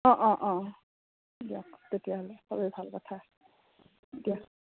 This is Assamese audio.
অঁ অঁ অঁ দিয়ক তেতিয়াহ'লে খুবেই ভাল কথা দিয়ক